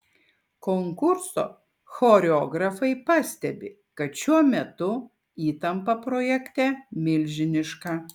konkurso choreografai pastebi kad šiuo metu įtampa projekte milžiniška